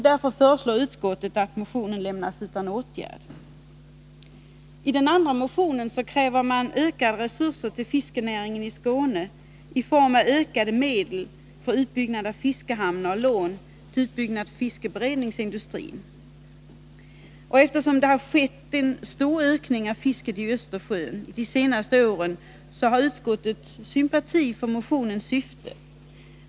Därför föreslår utskottet att motionen lämnas utan åtgärd. Iden andra motionen, motion 1009, krävs ökade resurser till fiskenäringen i Skåne i form av ökade medel för utbyggnad av fiskehamnar och lån till utbyggnad av fiskeberedningsindustrin. Eftersom det under de senaste åren skett en stor ökning av fisket i Östersjön, har utskottet sympati för motionens syfte.